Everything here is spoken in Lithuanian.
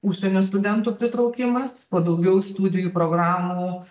užsienio studentų pritraukimas kuo daugiau studijų programų